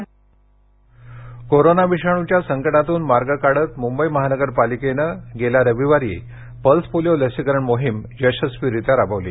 pulse polio corona विषाणूच्या संकटातून मार्ग काढत मुंबई महानगरपालिकेनं गेल्या रविवारी पल्स पोलिओ लसीकरण मोहीम यशस्वीरित्या राबवली